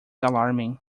alarming